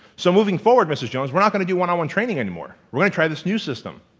so moving forward mrs. jones we're not gonna do one-on-one training anymore. we're gonna try this new system.